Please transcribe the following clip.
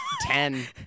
ten